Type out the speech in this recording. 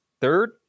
third